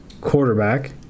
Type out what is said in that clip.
quarterback